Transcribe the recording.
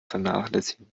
vernachlässigen